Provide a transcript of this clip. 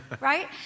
right